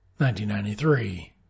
1993